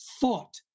thought